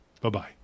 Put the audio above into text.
Bye-bye